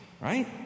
right